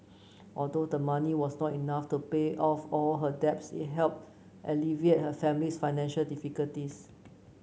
although the money was not enough to pay off all her debts it helped alleviate her family's financial difficulties